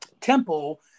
Temple